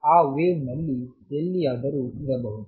ಆ ವೇವ್ ನಲ್ಲಿ ಎಲ್ಲಿಯಾದರೂ ಇರಬಹುದು